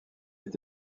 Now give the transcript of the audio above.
est